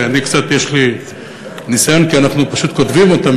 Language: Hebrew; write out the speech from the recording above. שלי יש קצת ניסיון בהן כי אנחנו פשוט כותבים אותן,